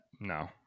No